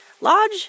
lodge